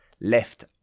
left